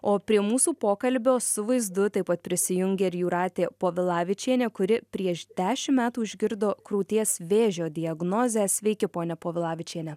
o prie mūsų pokalbio su vaizdu taip pat prisijungė ir jūratė povilavičienė kuri prieš dešim metų išgirdo krūties vėžio diagnozę sveiki ponia povilavičiene